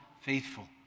faithful